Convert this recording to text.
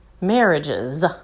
marriages